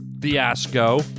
fiasco